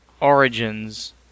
origins